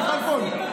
כלפון,